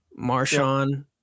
Marshawn